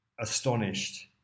astonished